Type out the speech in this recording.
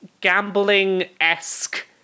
Gambling-esque